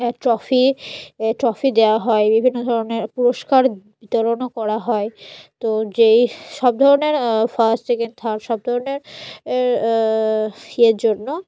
trophy trophy দেওয়া হয় বিভিন্ন ধরনের পুরস্কার বিতরণও করা হয় তো যেই সব ধরনের ফার্স্ট সেকেন্ড থার্ড সব ধরনের ইয়ের জন্য